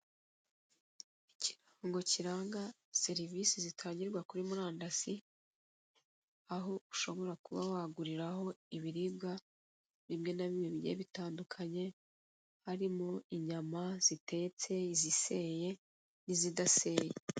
Ikirango kiranga serivise zitangirwa kuri murandasi, aho ushobora kuba waguriraho ibiribwa bimwe na bimwe bigiye bitandukanye, harimo; inyama zitetse, iziseye, n'izidaseye.